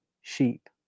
sheep